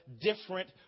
different